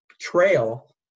trail